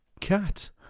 Cat